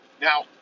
Now